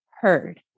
heard